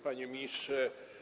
Panie Ministrze!